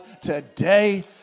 today